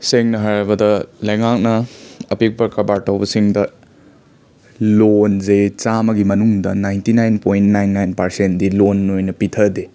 ꯁꯦꯡꯅ ꯍꯥꯏꯔꯕꯗ ꯂꯩꯉꯥꯛꯅ ꯑꯄꯤꯛꯄ ꯀꯔꯕꯥꯔ ꯇꯧꯕꯁꯤꯡꯗ ꯂꯣꯟꯖꯦ ꯆꯥꯝꯃꯒꯤ ꯃꯅꯨꯡꯗ ninety nine point nine nine ꯄꯥꯔꯁꯦꯟꯠꯗꯤ ꯂꯣꯟ ꯑꯣꯏꯅ ꯄꯤꯊꯗꯦ